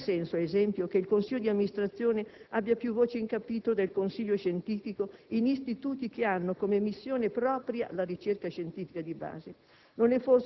ha ancora senso, ad esempio, che il consiglio di amministrazione abbia più voce in capitolo del consiglio scientifico in istituti che hanno come missione propria la ricerca scientifica di base?